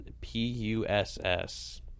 P-U-S-S